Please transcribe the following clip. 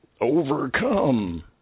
Overcome